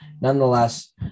nonetheless